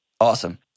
Awesome